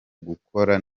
gukora